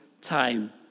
time